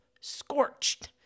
scorched